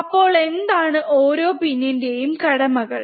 അപ്പോൾ എന്താണ് ഓരോ പിൻ ന്റെയും കടമകൾ